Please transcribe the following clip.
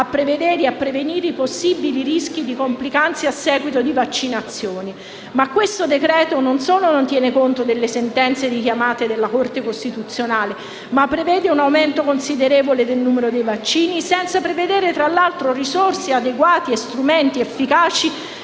a prevedere e a prevenire i possibili rischi di complicanze a seguito di vaccinazioni. Il decreto-legge in esame non solo non tiene conto delle sentenze richiamate della Corte costituzionale, ma prevede un aumento considerevole del numero di vaccini, senza prevedere risorse adeguate e strumenti efficaci